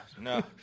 no